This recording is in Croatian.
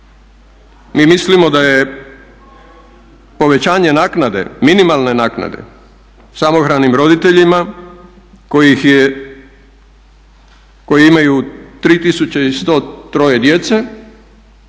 Mi mislimo da je povećanje naknade, minimalne naknade, samohranim roditeljima kojih je,